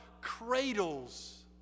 cradles